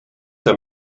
der